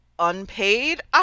unpaid